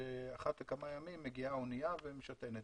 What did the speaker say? שאחת לכמה ימים מגיעה אנייה ומשטענת.